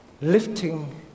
Lifting